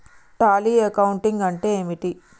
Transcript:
Tally accounting అంటే ఏమిటి?